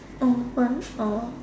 whole bunch or